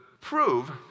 prove